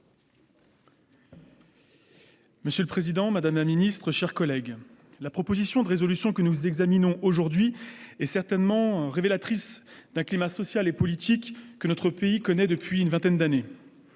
Monsieur le président, la proposition de résolution que nous examinons aujourd'hui est certainement révélatrice d'un climat social et politique que notre pays connaît depuis une vingtaine d'années.